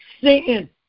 sin